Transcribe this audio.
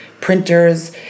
printers